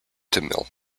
tamil